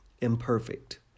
imperfect